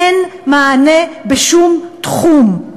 אין מענה בשום תחום.